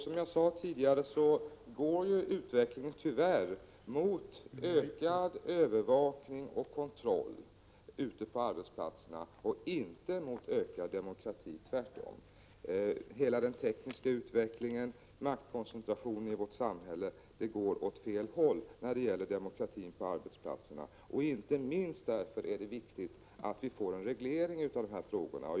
Som jag sade tidigare går utvecklingen på arbetsplatserna tyvärr mot ökad övervakning och kontroll och inte mot ökad demokrati. Hela den tekniska utvecklingen, maktkoncentrationen i vårt samhälle, går åt fel håll när det gäller demokratin på arbetsplatserna. Inte minst av dessa skäl är det viktigt att vi får en reglering av dessa frågor.